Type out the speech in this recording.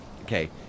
okay